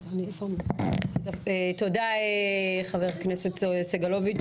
תודה, חבר הכנסת סגלוביץ'.